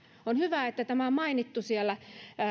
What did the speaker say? on hyvä että tämä on mainittu siellä